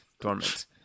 dormant